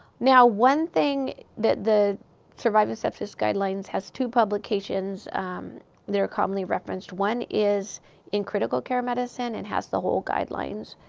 now, one thing, that the surviving sepsis guidelines has two publications that are commonly referenced. one is in critical care medicine, it and has the whole guidelines.